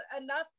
enough